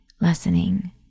lessening